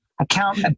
account